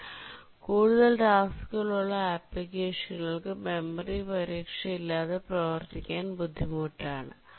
എന്നാൽ കൂടുതൽ ടാസ്കുകൾ ഉള്ള അപ്പ്ലിക്കേഷനുകൾക് മെമ്മറി പരിരക്ഷ ഇല്ലാതെ പ്രവർത്തിക്കാൻ ബുദ്ധിമുട്ടാണ്